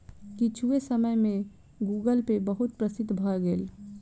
किछुए समय में गूगलपे बहुत प्रसिद्ध भअ भेल